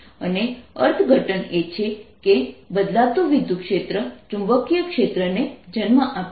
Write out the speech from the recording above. અને અર્થઘટન એ છે કે બદલાતું વિદ્યુતક્ષેત્ર ચુંબકીય ક્ષેત્રને જન્મ આપે છે